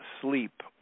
sleep